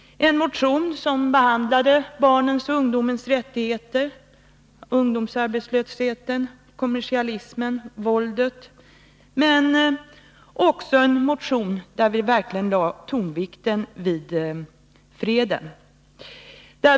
Motionen behandlade barnens och ungdomens rättigheter, ungdomsarbetslösheten, kommersialismen och våldet, men tonvikten i motionen hade vi lagt vid freden.